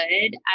good